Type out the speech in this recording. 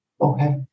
Okay